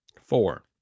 Four